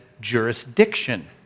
jurisdiction